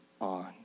on